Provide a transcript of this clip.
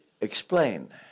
explain